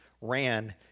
ran